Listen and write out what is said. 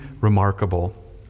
remarkable